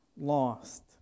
lost